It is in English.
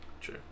True